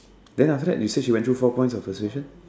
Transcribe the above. then after that you say she went through four points of persuasion